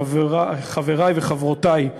חברי וחברותי,